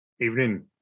Evening